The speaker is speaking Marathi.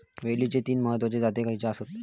वेलचीचे तीन महत्वाचे जाती खयचे आसत?